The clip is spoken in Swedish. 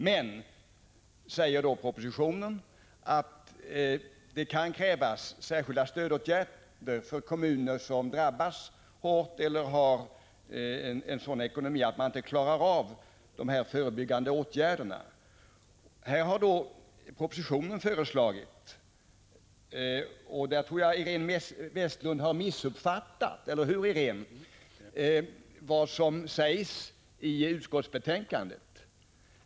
Men, sägs det i propositionen, det kan krävas särskilda stödåtgärder för kommuner som drabbas hårt eller som har en sådan ekonomi att de inte klarar av de förebyggande åtgärderna. Där tror jag Iréne Vestlund har missuppfattat vad som sägs i utskottsbetänkandet — eller hur?